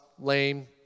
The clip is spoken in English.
lame